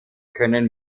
können